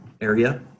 area